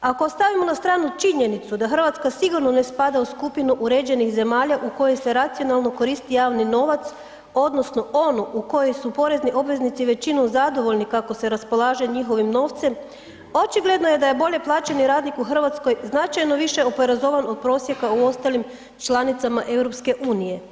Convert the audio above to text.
Ako stavimo na stranu činjenicu da Hrvatska sigurno ne spada u skupinu uređenih zemalja u koje se racionalno koristi javni novac, odnosno onu u kojoj su porezni obveznici većinom zadovoljni kako se raspolaže njihovim novcem, očigledno je da je bolje plaćeni radnik u Hrvatskoj značajno više oporezovan od prosjeka u ostalim članicama EU.